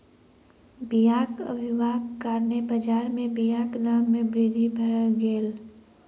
बीयाक अभावक कारणेँ बजार में बीयाक दाम में वृद्धि भअ गेल